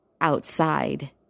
outside